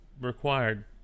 required